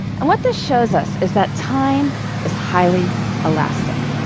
and what this shows us is that time is highly elastic.